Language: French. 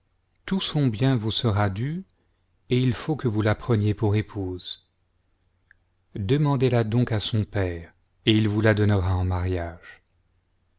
tout son bien vous sera dû et il faut que vous la preniez pour épouse demandez-le donc à son père et il vous la donnera eu mariage